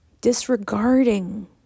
disregarding